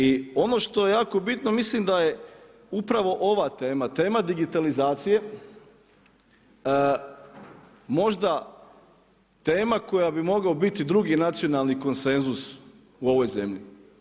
I ono što je jako bitno, mislim da je upravo ova tema, tema digitalizacije, možda tema, koja bi mogao biti drugi nacionalni konsenzus u ovoj zemlji.